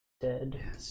Dead